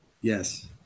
Yes